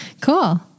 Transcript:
Cool